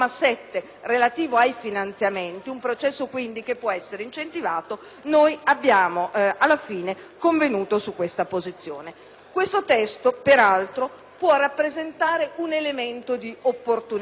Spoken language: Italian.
relativo ai finanziamenti) che quindi può essere incentivato, noi abbiamo alla fine convenuto su questa posizione. Questo testo, peraltro, può rappresentare un elemento di opportunità: